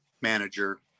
manager